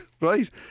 right